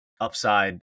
upside